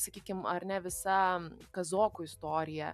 sakykim ar ne visa kazokų istorija